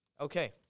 Okay